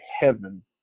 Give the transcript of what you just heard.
heaven